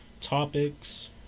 Topics